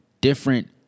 different